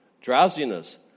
drowsiness